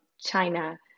China